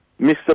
Mr